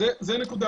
שנית,